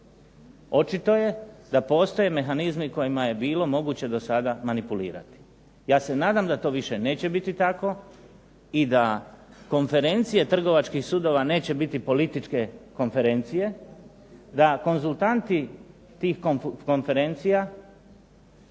Očito je da postoje mehanizmi kojima je bilo moguće do sada manipulirati. Ja se nadam da to više neće biti tako i da konferencije trgovačkih sudova neće biti političke konferencije, da konzultanti tih konferencija